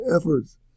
efforts